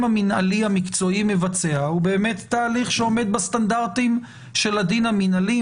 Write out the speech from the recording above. המינהלי המקצועי מבצע הוא באמת תהליך שעומד בסטנדרטים של הדין המינהלי,